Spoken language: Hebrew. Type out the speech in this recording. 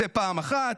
זה פעם אחת.